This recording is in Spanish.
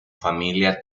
familia